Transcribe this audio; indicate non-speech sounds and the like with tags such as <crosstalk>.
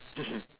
<laughs>